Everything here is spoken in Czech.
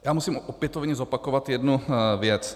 Já musím opětovně zopakovat jednu věc.